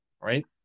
right